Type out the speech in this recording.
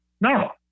No